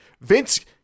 Vince